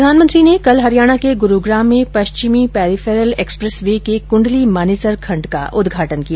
प्रधानमंत्री ने कल हरियाणा के गुरूग्राम में पश्चिमी पेरीफेरल एक्सप्रेस वे के कुंडली मानेसर खंड का उदघाटन किया